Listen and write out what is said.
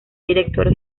director